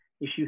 issue